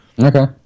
okay